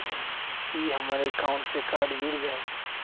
ई हमर अकाउंट से कार्ड जुर जाई?